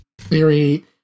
theory